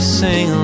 sing